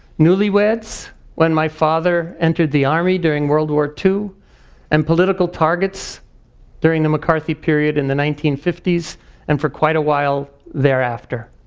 newlyweds when my father entered the army during world war ii and political targets during the mccarthy period in the nineteen fifty s and for quite a while thereafter.